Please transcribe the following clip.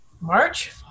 March